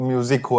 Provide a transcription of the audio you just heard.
Music